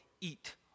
eat